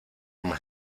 más